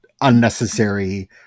unnecessary